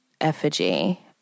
effigy